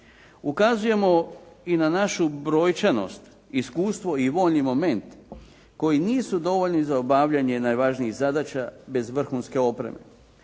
Ukazujemo i na našu brojčanost, iskustvo i voljni moment, koji nisu dovoljni za obavljanje najvažnijih zadaća bez vrhunske opreme.